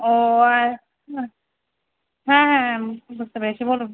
ও আচ্ছা হ্যাঁ হ্যাঁ হ্যাঁ বুঝতে পেরেছি বলুন